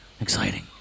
exciting